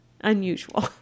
unusual